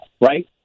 Right